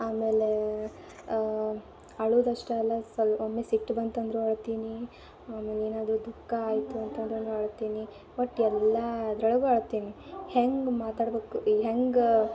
ಆಮೇಲೆ ಅಳುವುದಷ್ಟೇ ಅಲ್ಲ ಸೊಲ್ಪ್ ಒಮ್ಮೆ ಸಿಟ್ಟು ಬಂತಂದರೂ ಅಳ್ತೀನಿ ಆಮೇಲೆ ಏನಾದರೂ ದುಃಖ ಆಯಿತು ಅಂತಂದ್ರೂ ಅಳ್ತೀನಿ ಒಟ್ಟು ಎಲ್ಲಾದ್ರೊಳಗೂ ಅಳ್ತೀನಿ ಹೆಂಗೆ ಮಾತಾಡ್ಬೇಕು ಈ ಹೆಂಗೆ